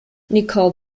nicole